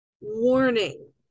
Warning